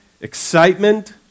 excitement